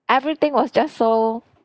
everything was just so